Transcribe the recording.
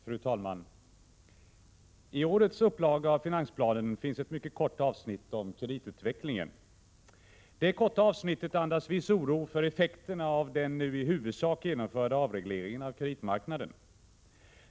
Fru talman! I årets upplaga av finansplanen finns ett mycket kort avsnitt om kreditutvecklingen. Det korta avsnittet andas viss oro för effekterna av den nu i huvudsak genomförda avregleringen av kreditmarknaden.